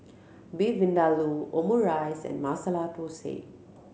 Beef Vindaloo Omurice and Masala Dosa